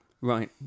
Right